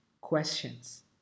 questions